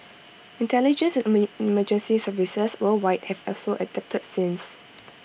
intelligence and emergency services worldwide have also adapted since